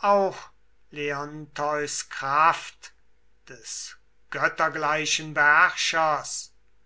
auch leonteus kraft des göttergleichen beherrschers